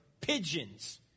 pigeons